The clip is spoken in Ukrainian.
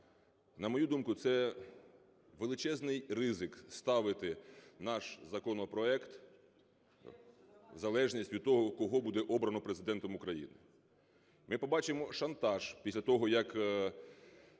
На мою думку, це величезний ризик, ставити наш законопроект в залежність від того, кого буде обрано Президентом України. Ми побачимо шантаж після того, як